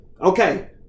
Okay